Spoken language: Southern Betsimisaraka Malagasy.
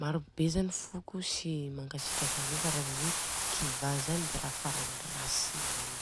maro be zany foko tsy mankasitraka an'io. Fa raha vô hoe kiva zany dia raha farany ratsy si zany.